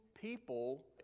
people